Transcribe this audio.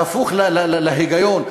ההפוך להיגיון,